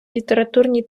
літературні